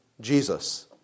Jesus